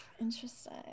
Interesting